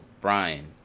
Brian